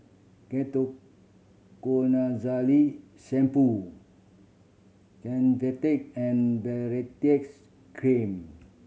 Shampoo Convatec and Baritex Cream